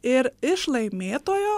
ir iš laimėtojo